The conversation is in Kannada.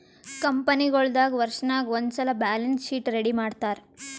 ಕಂಪನಿಗೊಳ್ ದಾಗ್ ವರ್ಷನಾಗ್ ಒಂದ್ಸಲ್ಲಿ ಬ್ಯಾಲೆನ್ಸ್ ಶೀಟ್ ರೆಡಿ ಮಾಡ್ತಾರ್